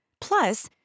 Plus